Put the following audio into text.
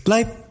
Life